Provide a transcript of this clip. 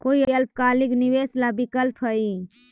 कोई अल्पकालिक निवेश ला विकल्प हई?